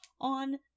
on